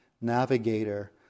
navigator